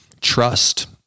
trust